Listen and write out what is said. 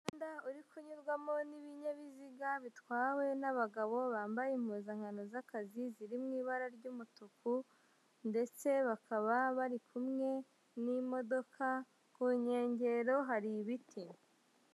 Umuhanda uri kunyurwamo n'ibinyabiziga bitwawe n'abagabo bambaye impuzankano z'akazi, ziri mu ibara ry'umutuku, ndetse bakaba bari kumwe n'imodoka, ku nkengero hari ibiti.